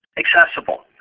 accessible.